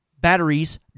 batteries